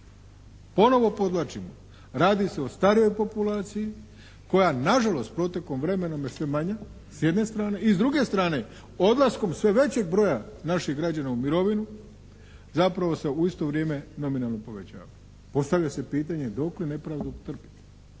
Ponovo podvlačim, radi se o starijoj populaciji koja nažalost protekom vremena je sve manje i s druge strane odlaskom sve većeg broja naših građana u mirovinu zapravo se u isto vrijeme nominalno povećava. Postavlja se pitanje dokle nepravdu trpiti?